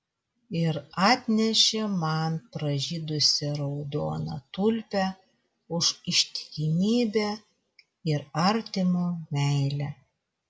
ir atnešė man pražydusią raudoną tulpę už ištikimybę ir artimo meilę